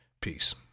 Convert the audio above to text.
Peace